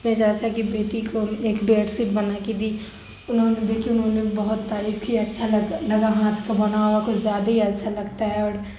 میرے چاچا کی بیٹی کو ایک بیڈ سیٹ بنا کے دی انہوں نے دیکھی انہوں نے بھی بہت تعریف کی اچھا لگا ہاتھ کا بنا ہوا کچھ زیادہ ہی اچھا لگتا ہے اور